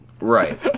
Right